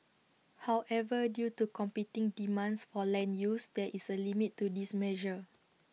however due to competing demands for land use there is A limit to this measure